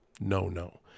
no-no